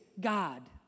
God